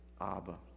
Abba